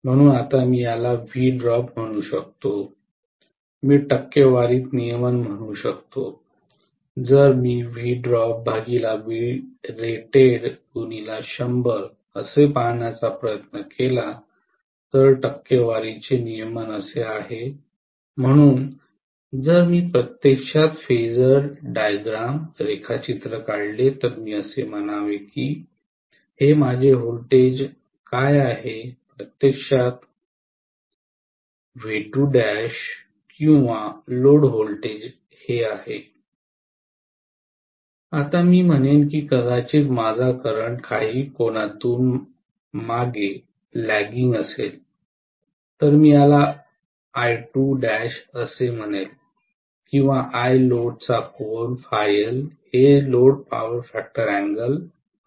म्हणून आता मी याला Vdrop म्हणू शकतो मी टक्केवारीत नियमन म्हणू शकतो जर मी पाहण्याचा प्रयत्न केला तर टक्केवारीचे नियमन असे आहे म्हणून जर मी प्रत्यक्षात फेजर रेखाचित्र काढले तर मी असे म्हणावे की हे माझे व्होल्टेज काय आहे प्रत्यक्षात किंवा लोड व्होल्टेज आहे आता मी म्हणेन की कदाचित माझा करंट काही कोनातून मागे लॅगिंग असेल तर मी याला असे म्हणतात किंवा हे लोड पॉवर फॅक्टर एंगल आहे